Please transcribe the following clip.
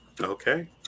Okay